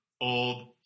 old